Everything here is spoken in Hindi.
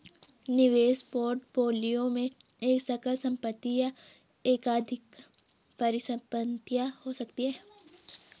निवेश पोर्टफोलियो में एक एकल संपत्ति या एकाधिक परिसंपत्तियां हो सकती हैं